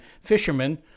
fishermen